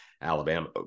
Alabama